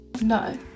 no